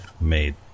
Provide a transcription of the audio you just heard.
made